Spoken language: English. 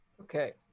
Okay